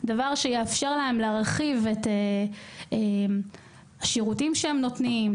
דבר שיאפשר להם להרחיב את השירותים שהם נותנים,